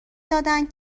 دادند